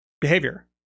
behavior